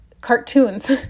cartoons